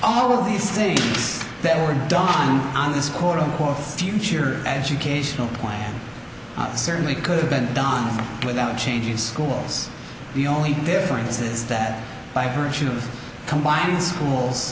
all these things that were done on this quote unquote future educational plan certainly could have been done without changing schools the only difference is that by virtue of combining schools